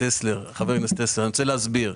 אני רוצה להסביר.